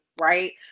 right